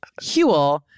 Huel